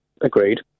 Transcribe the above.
Agreed